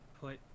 put